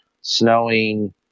snowing